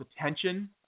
attention